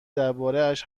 دربارهاش